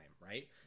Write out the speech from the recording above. right